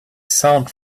sound